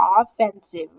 Offensive